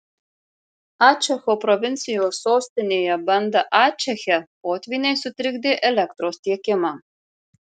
ačecho provincijos sostinėje banda ačeche potvyniai sutrikdė elektros tiekimą